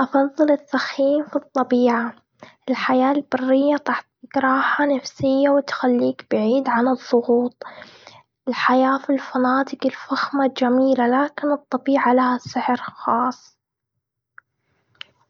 أفضل التخييم في الطبيعة. الحياة البرية نفسيه وتخليك بعيد عن الضغوط. الحياة في الفنادق الفخمة جميلة، لكن الطبيعه لها سحر خاص.